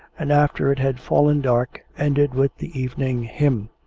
and after it had fallen dark ended with the evening hymn.